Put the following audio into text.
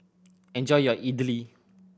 enjoy your idly